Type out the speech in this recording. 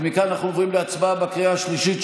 מכאן אנחנו עוברים להצבעה בקריאה השלישית,